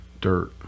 dirt